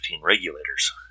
Regulators